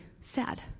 sad